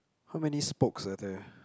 how many spokes are there